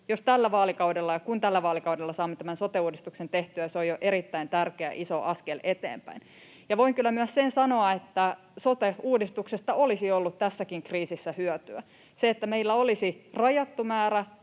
kun tällä vaalikaudella saamme tämän sote-uudistuksen tehtyä, se on jo erittäin tärkeä, iso askel eteenpäin. Voin kyllä sanoa myös sen, että sote-uudistuksesta olisi ollut tässäkin kriisissä hyötyä. Siitä, että meillä olisi rajattu määrä